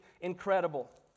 incredible